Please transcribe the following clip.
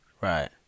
Right